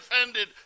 offended